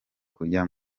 kujya